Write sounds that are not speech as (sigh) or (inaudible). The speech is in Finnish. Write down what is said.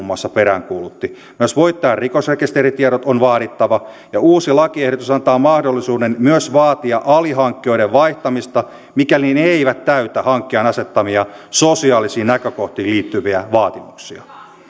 (unintelligible) muassa edustaja rinne peräänkuulutti myös voittajan rikosrekisteritiedot on vaadittava ja uusi lakiehdotus antaa mahdollisuuden myös vaatia alihankkijoiden vaihtamista mikäli ne eivät täytä hankkijan asettamia sosiaalisiin näkökohtiin liittyviä vaatimuksia